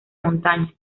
montaña